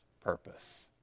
purpose